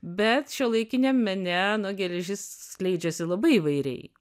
bet šiuolaikiniam mene nu geležis skleidžiasi labai įvairiai